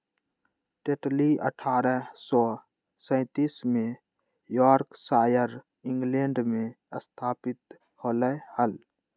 Tetley अठ्ठारह सौ सैंतीस में यॉर्कशायर, इंग्लैंड में स्थापित होलय हल